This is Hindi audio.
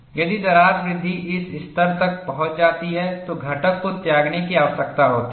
यदि दरार वृद्धि इस स्तर तक पहुँच जाती है तो घटक को त्यागने की आवश्यकता होती है